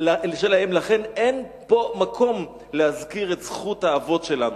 לכן אין פה מקום להזכיר את זכות האבות שלנו.